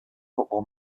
football